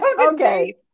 okay